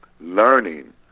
learning